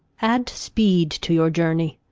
add speed to your journey,